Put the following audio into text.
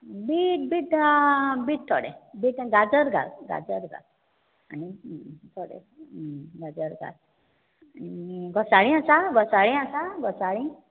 beet beet थोडे गाजर घाल गाजर घाल आनी घोसाळीं आसा घोसाळीं आसा घोसाळीं